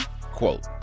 quote